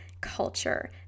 culture